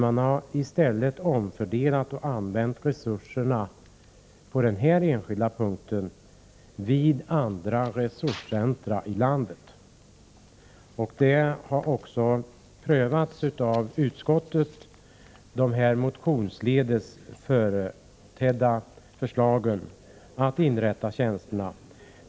Regeringen har i stället omfördelat och använt resurserna på denna enskilda punkt för andra resurscentra i landet. Utskottet har prövat det motionsledes framförda förslaget om att inrätta tjänster.